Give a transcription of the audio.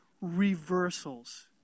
reversals